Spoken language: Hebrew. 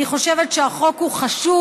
אני חושבת שהחוק הוא חשוב,